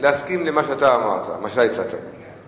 ההצעה הוסרה מסדר-היום.